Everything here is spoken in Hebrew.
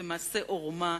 במעשה עורמה,